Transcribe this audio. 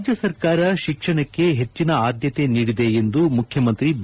ರಾಜ್ಯ ಸರ್ಕಾರ ಶಿಕ್ಷಣಕ್ಕೆ ಹೆಚ್ಚಿನ ಆದ್ಯಕೆ ನೀಡಿದೆ ಎಂದು ಮುಖ್ಯಮಂತ್ರಿ ಬಿ